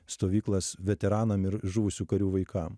stovyklas veteranam ir žuvusių karių vaikam